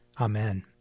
Amen